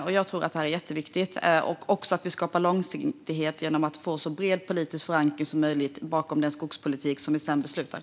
Det är viktigt att skapa långsiktighet genom att få så bred politisk förankring som möjligt bakom den skogspolitik som sedan beslutas.